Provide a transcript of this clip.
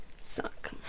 suck